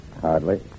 Hardly